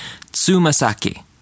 Tsumasaki